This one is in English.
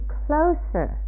closer